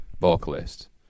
vocalist